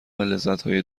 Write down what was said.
لذتهای